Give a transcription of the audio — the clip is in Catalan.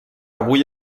avui